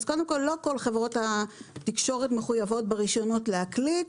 אז קודם כל לא כל חברות התקשורת מחויבות ברישיונות להקליט.